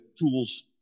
tools